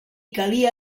calia